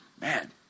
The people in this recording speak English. Man